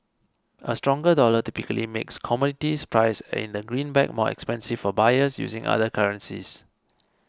a stronger dollar typically makes commodities priced in the green back more expensive for buyers using other currencies